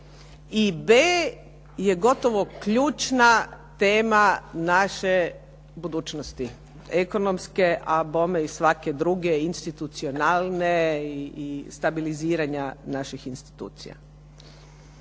i b) je gotovo ključna tema naše budućnosti, ekonomske a i svake druge institucionalne i stabiliziranja naših institucija.